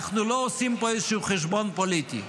אנחנו לא עושים פה איזשהו חשבון פוליטי.